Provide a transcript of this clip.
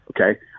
Okay